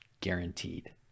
guaranteed